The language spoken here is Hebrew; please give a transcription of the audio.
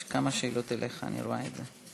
יש כמה שאלות אליך, אני רואה את זה.